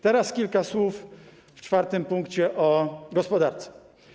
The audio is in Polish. Teraz kilka słów w czwartym punkcie, o gospodarce.